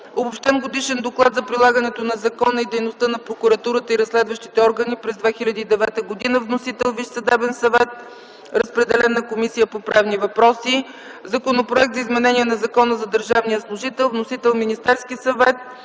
Обобщен годишен доклад за прилагането на закона и дейността на прокуратурата и разследващите органи през 2009 г. Вносител – Висшият съдебен съвет. Разпределен е на Комисията по правни въпроси. Законопроект за изменение на Закона за държавния служител. Вносител – Министерският съвет.